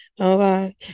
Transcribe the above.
Okay